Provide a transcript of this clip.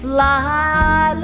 Fly